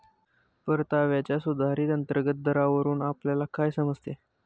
परताव्याच्या सुधारित अंतर्गत दरावरून आपल्याला काय समजते?